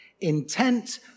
intent